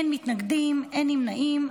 אין מתנגדים, אין נמנעים.